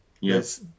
yes